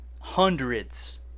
hundreds